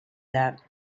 that